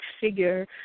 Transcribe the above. figure